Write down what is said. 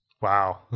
Wow